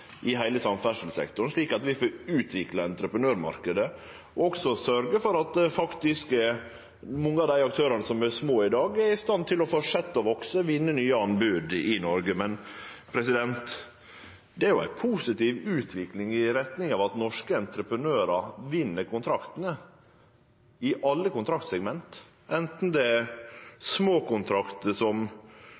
i heile samferdselssektoren, slik at vi utviklar entreprenørmarknaden og sørgjer for at mange av dei aktørane som er små i dag, er i stand til å fortsetje med å vekse og vinne nye anbod i Noreg. Det er ei positiv utvikling i retning av at norske entreprenørar vinn kontraktane – i alle kontraktsegment, anten det er små kontraktar